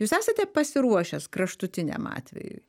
jūs esate pasiruošęs kraštutiniam atvejui